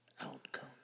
outcome